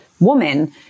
woman